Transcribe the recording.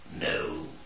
No